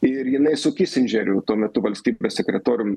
ir jinai su kisindžeriu tuo metu valstybės sekretorium